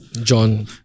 John